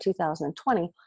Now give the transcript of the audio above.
2020